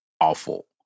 awful